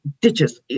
ditches